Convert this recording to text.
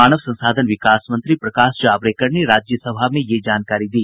मानव संसाधन विकास मंत्री प्रकाश जावड़ेकर ने राज्यसभा में ये जानकारी दी